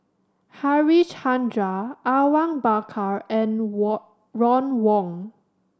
Harichandra Awang Bakar and Ron Wong